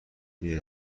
این